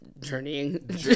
journeying